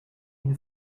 une